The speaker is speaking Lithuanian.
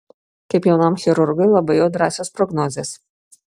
kaip jaunam chirurgui labai jau drąsios prognozės